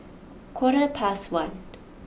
quarter past one